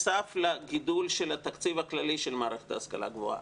בנוסף לגידול של התקציב הכללי של מערכת ההשכלה הגבוהה,